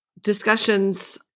discussions